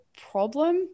problem